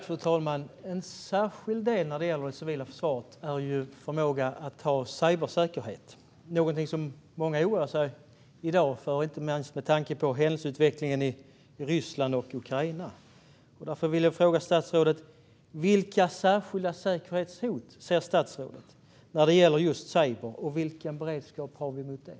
Fru talman! En särskild del när det gäller det civila försvaret är förmågan till cybersäkerhet. Det är något som många i dag oroar sig för, inte minst med tanke på händelseutvecklingen i Ryssland och Ukraina. Därför vill jag fråga statsrådet: Vilka särskilda säkerhetshot ser statsrådet när det gäller just cyber, och vilken beredskap har vi mot det?